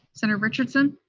senator richardson?